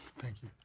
thank you.